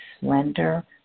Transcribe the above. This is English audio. slender